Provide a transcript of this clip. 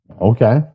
Okay